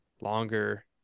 longer